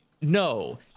No